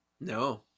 No